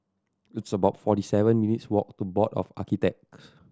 it's about forty seven minutes' walk to Board of Architects